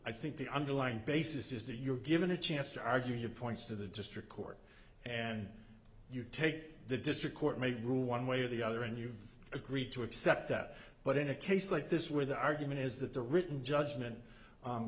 i think the underlying basis is that you're given a chance to argue your points to the district court and you take the district court may rule one way or the other and you've agreed to accept that but in a case like this where the argument is that the written judgment